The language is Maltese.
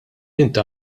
inti